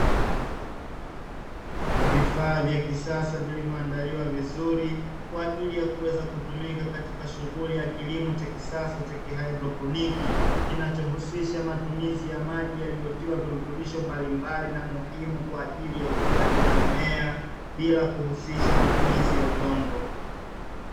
Vifaa vya kisasa vilivyoandaliwa vizuri kwa ajili ya kuweza kutumika katika shughuli ya kilimo cha kisasa cha kihaidroponiki, kinachohusisha matumizi ya maji yaliyotiwa virutubisho mbalimbali na muhimu kwa ajili ya ukuaji wa mimea, bila kuhusisha matumizi ya udongo.